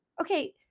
Okay